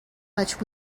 much